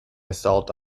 assault